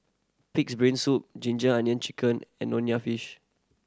Pig's Brain Soup ginger onion chicken and nonya fish